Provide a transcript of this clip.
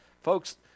folks